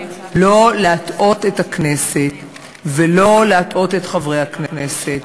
לא להטעות את הכנסת ולא להטעות את חברי הכנסת,